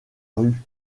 rue